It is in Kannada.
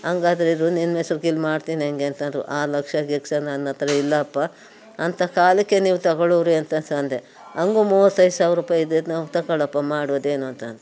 ಹಂಗಾದ್ರೆ ಇರು ನಿನ್ನ ಹೆಸ್ರಿಗೆ ಇಲ್ಲಿ ಮಾಡ್ತೀನಿ ನಿನಗೆ ಅಂತದ್ರು ಆ ಲಕ್ಷ ಗಿಕ್ಷ ನನ್ನ ಹತ್ರ ಇಲ್ಲಪ್ಪಾ ಅಂಥ ಕಾಲಕ್ಕೆ ನೀವು ತಗೊಳ್ಳೋವ್ರಿ ಅಂತ ಸ ಅಂದೆ ಹಂಗೂ ಮೂವತ್ತೈದು ಸಾವ್ರ ರೂಪಾಯಿ ಇದೆ ನೀವು ತಗೊಳಪ್ಪಾ ಮಾಡು ಅದೇನು ಅಂತ